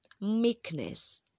meekness